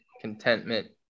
contentment